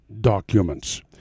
documents